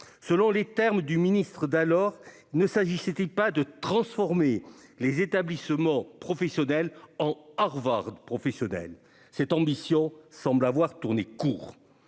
selon les termes mêmes du ministre d'alors, de transformer les établissements professionnels en « Harvard professionnels »? Cette ambition semble avoir tourné court